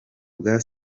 bwa